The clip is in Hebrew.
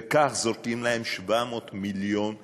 וכך זורקים 700 מיליון שקלים.